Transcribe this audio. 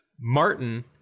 Martin